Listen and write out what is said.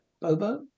Bobo